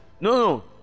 no